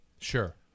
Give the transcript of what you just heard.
Sure